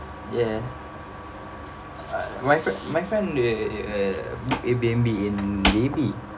ya uh my fr~ my friend uh airbnb in J_B